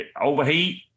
overheat